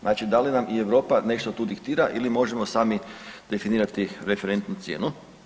Znači, da li nam i Europa nešto tu diktira ili možemo sami definirati referentnu cijenu?